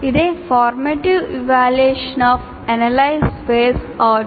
ఇదే formative evaluation of Analyze phase outputs